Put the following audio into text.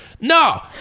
No